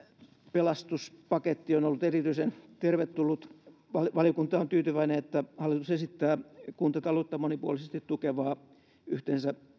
pelastuspaketti on ollut erityisen tervetullut valiokunta on tyytyväinen että hallitus esittää kuntataloutta monipuolisesti tukevaa yhteensä